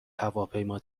هواپیما